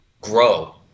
grow